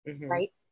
right